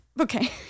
Okay